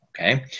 Okay